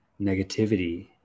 negativity